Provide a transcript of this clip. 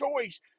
choice